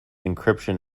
encryption